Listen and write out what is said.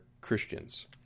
Christians